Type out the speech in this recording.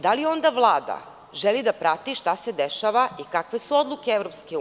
Da li onda Vlada želi da prati šta se dešava i kakve su odluke EU?